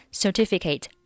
certificate